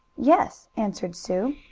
yes, answered sue.